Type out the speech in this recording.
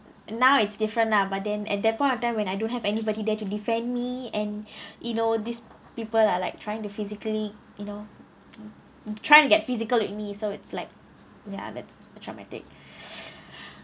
now it's different lah but then at that point of time when I don't have anybody there to defend me and you know these people are like trying to physically you know trying to get physical with me so it's like ya that's traumatic